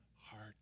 heart